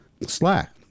slack